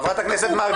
חברת הכנסת מארק,